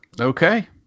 Okay